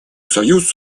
союз